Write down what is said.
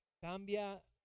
Cambia